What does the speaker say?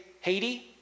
Haiti